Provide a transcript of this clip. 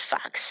Fox